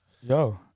Yo